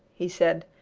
he said,